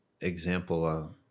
example